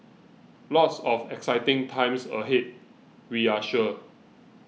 lots of exciting times ahead we are sure